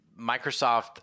Microsoft